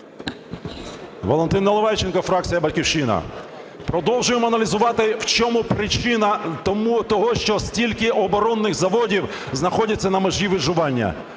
Валентин Наливайченко, фракція "Батьківщина". Продовжуємо аналізувати: в чому причина того, що стільки оборонних заводів знаходяться на межі виживання,